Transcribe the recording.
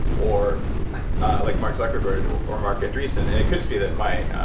or like mark zuckerberg or marc andreessen. and it could just be that my